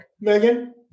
Megan